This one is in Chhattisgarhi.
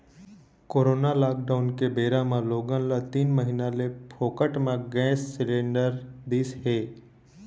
कोरोना लॉकडाउन के बेरा म लोगन ल तीन महीना ले फोकट म गैंस सिलेंडर दिस हे